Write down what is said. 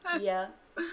Yes